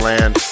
Land